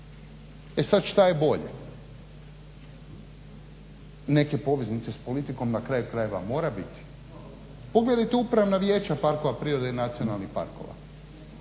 E sad, što je bolje? Neke poveznice s politikom na kraju krajeva mora biti. Pogledajte upravna vijeća parkova prirode i nacionalnih parkova.